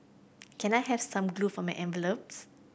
can I have some glue for my envelopes